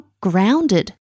grounded